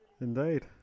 Indeed